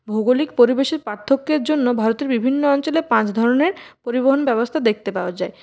ভৌগোলিক পরিবেশের পার্থক্যের জন্য ভারতের বিভিন্ন অঞ্চলে পাঁচ ধরনের পরিবহণ ব্যবস্থা দেখতে পাওয়া যায়